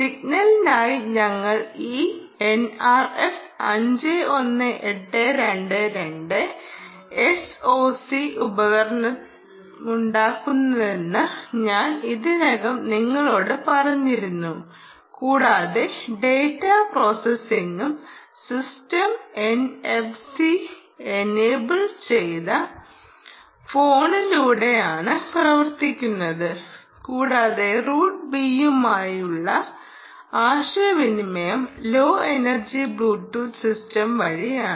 സിഗ്നലിനായി ഞങ്ങൾ ഈ NRF 51822 SOC ഉപയോഗിക്കുന്നുണ്ടെന്ന് ഞാൻ ഇതിനകം നിങ്ങളോട് പറഞ്ഞിരുന്നു കൂടാതെ ഡാറ്റാ പ്രോസസ്സിംഗും സിസ്റ്റവും എൻഎഫ്സി എനേബിൾ ചെയ്ത ഫോണിലൂടെയാണ് പ്രവർത്തിക്കുന്നത് കൂടാതെ റൂട്ട് ബിയുമായുള്ള ആശയവിനിമയം ലോ എനർജി ബ്ലൂടൂത്ത് സിസ്റ്റം വഴിയാണ്